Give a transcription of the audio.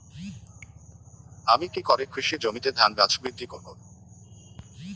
আমি কী করে কৃষি জমিতে ধান গাছ বৃদ্ধি করব?